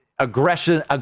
Aggression